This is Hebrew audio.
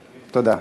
תודה.